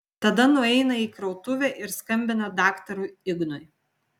tada nueina į krautuvę ir skambina daktarui ignui